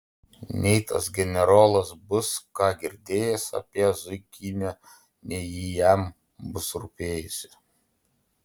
nei tas generolas bus ką girdėjęs apie zuikinę nei ji jam bus rūpėjusi